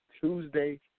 Tuesday